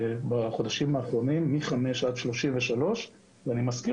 שבחודשים האחרונים עלינו מחמישה סוגים ועד 33. אני מזכיר